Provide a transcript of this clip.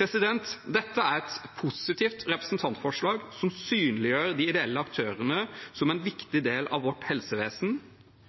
Dette er et positivt representantforslag som synliggjør de ideelle aktørene som en viktig del av vårt helsevesen.